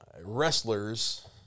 Wrestlers